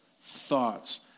Thoughts